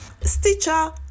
Stitcher